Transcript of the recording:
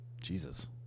Jesus